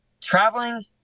traveling